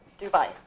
Dubai